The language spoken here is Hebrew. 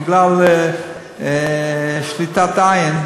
בגלל שליטת עין,